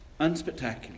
Unspectacular